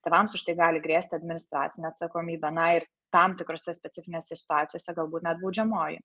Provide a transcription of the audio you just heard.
tėvams už tai gali grėsti administracinė atsakomybė na ir tam tikrose specifinėse situacijose galbūt net baudžiamoji